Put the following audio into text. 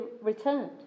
returned